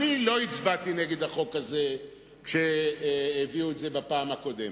אני לא הצבעתי נגד החוק הזה כשהביאו אותו בפעם הקודמת.